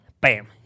bam